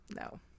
No